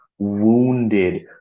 wounded